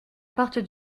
porte